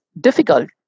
difficult